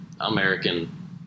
American